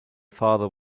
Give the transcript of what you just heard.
father